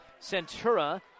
Centura